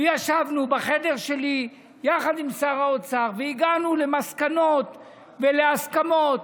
וישבנו בחדר שלי יחד עם שר האוצר והגענו למסקנות ולהסכמות